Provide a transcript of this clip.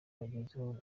bagezeho